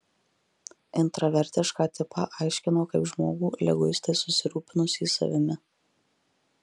intravertišką tipą aiškino kaip žmogų liguistai susirūpinusį savimi